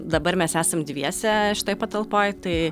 dabar mes esam dviese šitoj patalpoj tai